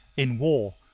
in war,